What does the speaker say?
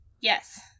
yes